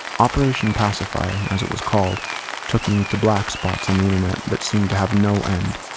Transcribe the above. operation pacifier as it was called took me to black spots on the internet that seemed to have no end.